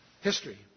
history